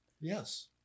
Yes